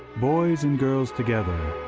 boys and girls together,